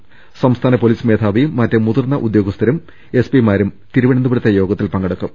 ്സംസ്ഥാന police മേധാവിയും മറ്റ് മുതിർന്ന ഉദ്യോഗസ്ഥരും എസ്പിമാരും തിരുവനന്തപുരത്തെ യോഗത്തിൽ പങ്കെടുക്കും